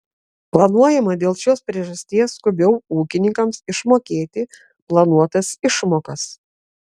planuojama dėl šios priežasties skubiau ūkininkams išmokėti planuotas išmokas